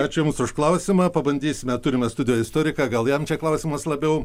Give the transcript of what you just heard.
ačiū jums už klausimą pabandysime turime studijoj istoriką gal jam čia klausimas labiau